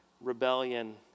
rebellion